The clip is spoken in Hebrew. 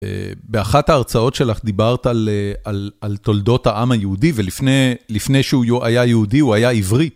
באחת ההרצאות שלך דיברת על תולדות העם היהודי ולפני שהוא היה יהודי הוא היה עברי.